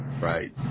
Right